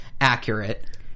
accurate